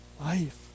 life